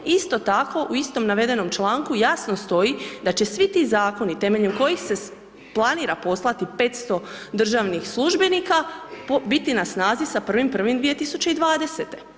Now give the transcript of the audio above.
Isto tako, u istom navedenom članku jasno stoji da će svi ti zakoni temeljem kojih se planira poslati 500 državnih službenika, biti na snazi sa 1.1.2020.